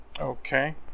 Okay